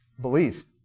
belief